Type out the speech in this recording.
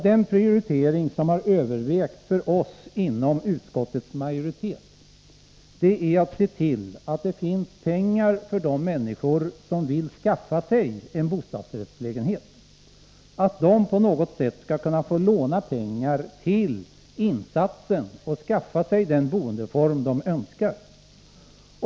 Den prioritering som har övervägt för oss inom utskottets majoritet är att se till att det finns pengar, så att de människor som vill köpa sig en bostadsrättslägenhet på något sätt skall kunna få låna pengar till insatsen och skaffa sig den boendeform de önskar.